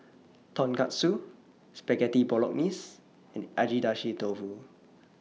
Tonkatsu Spaghetti Bolognese and Agedashi Dofu